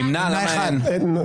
הצבעה לא אושרו.